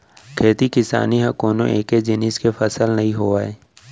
खेती किसानी ह कोनो एके जिनिस के फसल नइ होवय